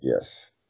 yes